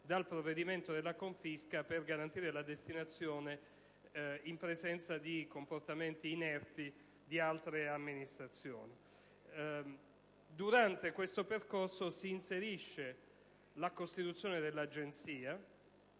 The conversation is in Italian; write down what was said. dal provvedimento della confisca per garantire la destinazione in presenza di comportamenti inerti di altre amministrazioni. Durante questo percorso si inserisce la costituzione dell'Agenzia